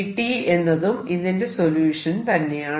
f എന്നതും ഇതിന്റെ solution തന്നെയാണ്